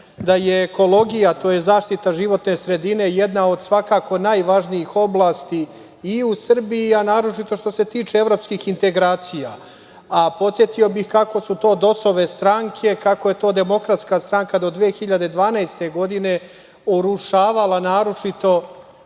da je ekologija, tj. zaštita životne sredine, jedna od svakako najvažnijih oblasti i u Srbiji, a naročito što se tiče evropskih integracija. Podsetio bih kako su to DOS-ove stranke, kako je to DS do 2012. godine urušavala naročito